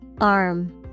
ARM